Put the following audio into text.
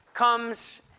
Comes